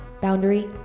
Boundary